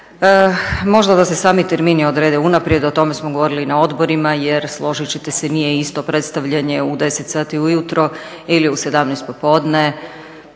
Možda da se sami termini odrede unaprijed. O tome smo govorili i na odborima, jer složit ćete se nije isto predstavljanje u 10 sati ujutro ili u 17 popodne.